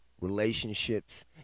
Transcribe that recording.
relationships